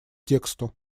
тексту